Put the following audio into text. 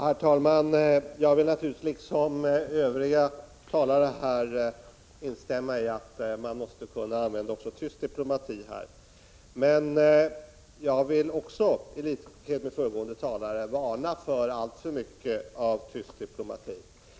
Herr talman! Jag vill instämma i vad tidigare talare sagt, att man måste kunna använda även tyst diplomati i detta sammanhang. Men jag vill också i likhet med föregående talare varna för alltför mycket av tyst diplomati.